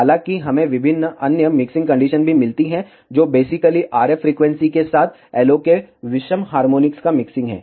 हालांकि हमें विभिन्न अन्य मिक्सिंग कंडीशन भी मिलती हैं जो बेसिकली RF फ्रीक्वेंसी के साथ LO के विषम हार्मोनिक्स का मिक्सिंग हैं